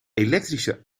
elektrische